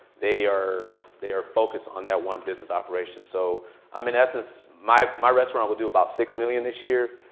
they are they are focused on that one business operation. so um in essence, my my restaurant will do about six million dollars this year.